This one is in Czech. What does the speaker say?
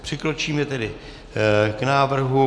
Přikročíme tedy k návrhu.